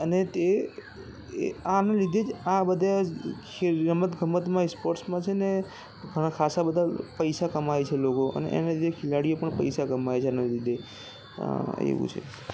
અને તે આ આને લીધે જ આ બધે રમતગમતમાં સ્પોર્ટ્સમાં છે ને ઘણા ખાસા બધા પૈસા કમાય છે લોકો એના લીધે ખેલાડીઓ પણ પૈસા કમાય છે એના લીધે એવું છે